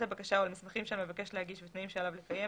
הבקשה או על מסמכים שעל המבקש להגיש ותנאים שעליו לקיים,